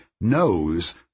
knows